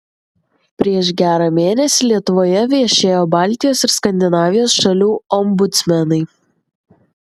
prieš gerą mėnesį lietuvoje viešėjo baltijos ir skandinavijos šalių ombudsmenai